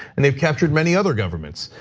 and they've captured many other governments,